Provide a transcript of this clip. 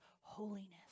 holiness